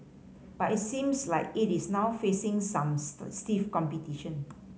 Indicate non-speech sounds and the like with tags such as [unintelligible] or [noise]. but it seems like it is now facing some [unintelligible] stiff competition